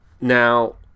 Now